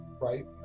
right